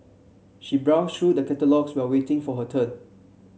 she browsed through the catalogues while waiting for her turn